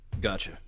Gotcha